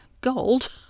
gold